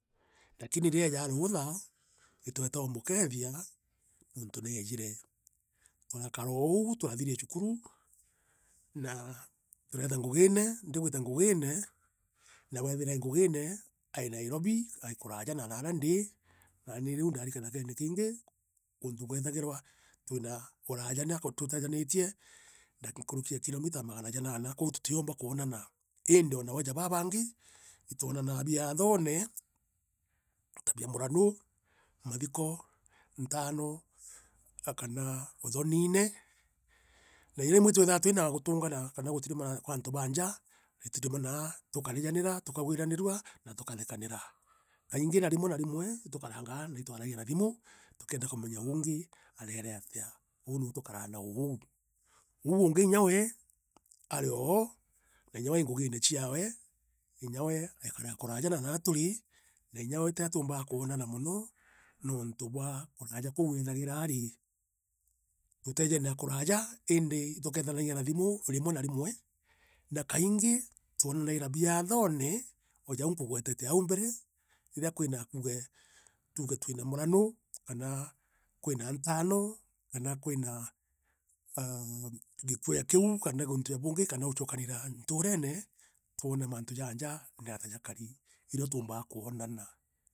Lakini rii eejaa ruutha itweetaa umukethia nontu neejire turakara oou turathirio cukuru na tureeta ngugine nawe eethira e ngugine ai Nairobi e kuraaja na nara ndi nani riu ndaari kithukene kingi untu kwethagia twina uraaja na nkuruki o kilomita magana janara kwou tutiumba kwonana lindi ona we ja baa bang itwonanaa biathone ta bia murano mathiko ntaano kana uthorine na irimwe twitharia twina utuuguna kana gutirimaa kua aantu ba nja tugatiriruana, tukavijanira, tukawiranivua, na tukathekanira kaingi na rimwe na rimwe itukaraugaa na ikwaragia na thimu tukienda kumenya uungi aveere atia. Oou nou tukuraa na oou ungi inya we arioo na inya we ai ngugine ciawe inya we aikara kuraaja na naa turi na inya we tuumbea kwonana mono nontu bwa kuraaja kou eethagira ario tuteejene a kuraaja iindi itukethanagia thimu rimwe na rimwe na kaingi twonanaira biathone uja ou nkugwetete au mbere, riria kwira tuuge muranu kana kwira ntaano kana kwina aah gikuo ja kiu kana untu ju buungi kana uchokanira ntuurene twone maantu ja nja natia gakuri irio tuumbaa kwonana.